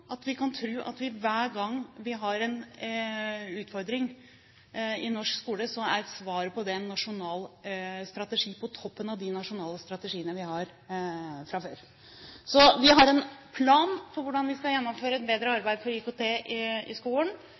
at hver gang vi har en utfordring i norsk skole, så er svaret på det en nasjonal strategi, på toppen av de nasjonale strategiene vi har fra før. Vi har en plan for hvordan vi skal gjennomføre et bedre arbeid for IKT i skolen. Det ligger i